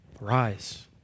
rise